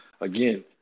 again